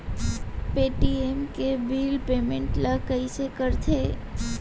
Paytm के bill payment ल कइसे करथे?